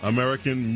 American